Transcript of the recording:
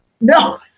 No